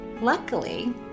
Luckily